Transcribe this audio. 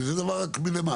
כי זה דבר שהוא רק מלמעלה.